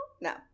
No